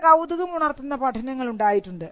ചില കൌതുകമുണർത്തുന്ന പഠനങ്ങൾ ഉണ്ടായിട്ടുണ്ട്